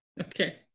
Okay